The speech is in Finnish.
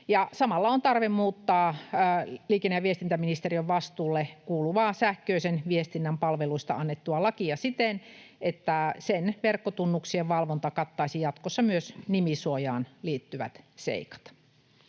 Samalla on tarve muuttaa liikenne- ja viestintäministeriön vastuulle kuuluvaa sähköisen viestinnän palveluista annettua lakia siten, että sen verkkotunnuksien valvonta kattaisi jatkossa myös nimisuojaan liittyvät seikat.